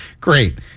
Great